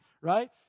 right